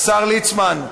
השר ליצמן,